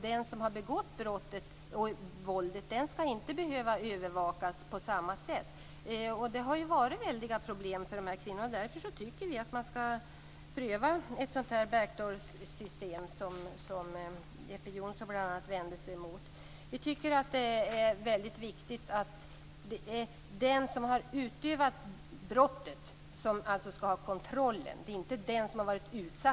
Den som har begått brottet och utövat våldet skall inte behöva övervakas på samma sätt. Det har ju varit väldiga problem för dessa kvinnor. Därför tycker vi att man skall pröva ett back door-system, som bl.a. Jeppe Johnsson vände sig emot. Det är den som har begått brottet som borde utsättas för kontroll, inte den som har drabbats.